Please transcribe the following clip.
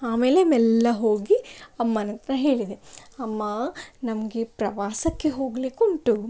ಆಮೇಲೆ ಮೆಲ್ಲ ಹೋಗಿ ಅಮ್ಮನಹತ್ರ ಹೇಳಿದೆ ಅಮ್ಮಾ ನಮಗೆ ಪ್ರವಾಸಕ್ಕೆ ಹೋಗಲಿಕ್ಕುಂಟು